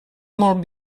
molt